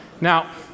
Now